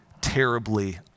terribly